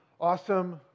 awesome